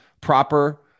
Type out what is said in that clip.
proper